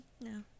no